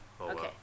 Okay